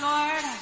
Lord